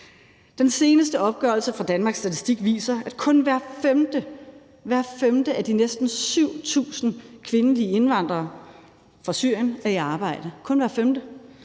Den seneste opgørelse fra Danmarks Statistik viser, at kun hver femte af de næsten 7.000 kvindelige indvandrere fra Syrien er i arbejde